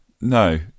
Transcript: no